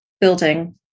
building